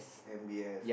M B S